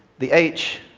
the h,